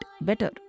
better